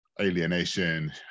alienation